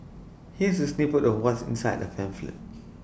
here's A snippet of what's inside the pamphlet